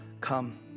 come